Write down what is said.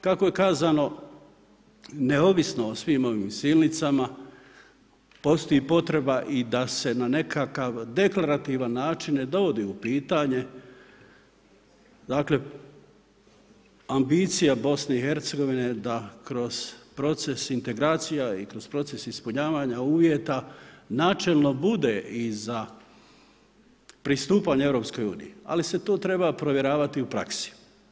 Kako je kazano, neovisno o svim ovim silnicama, postoji potreba i da se na nekakav deklarativan način ne dovodi u pitanje dakle ambicija BiH da kroz proces integracija i proces ispunjavanja uvjeta načelno bude i za pristupanje EU, ali se to treba provjeravati u praksi.